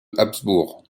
habsbourg